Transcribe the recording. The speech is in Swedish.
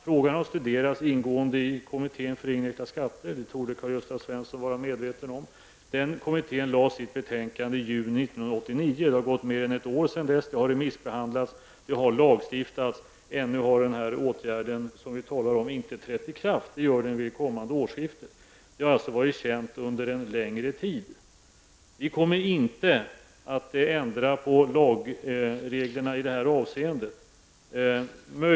Frågan har studerats ingående i kommittén för indirekta skatter -- det torde Karl-Gösta Svenson vara medveten om. Kommittén lämnade sitt betänkande i juni 1989. Det har gått mer än ett år sedan dess. Förslaget har remissbehandlats, och det har lagstiftats i ärendet. Ännu har inte den åtgärd som vi talar om trätt i kraft, det sker vid kommande årsskifte. Det hela har alltså varit känt under en längre tid. Vi kommer inte att ändra på lagreglerna i detta avseende.